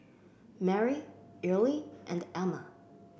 Merri Earley and Emma